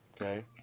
okay